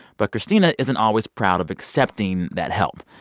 but christina isn't always proud of accepting that help.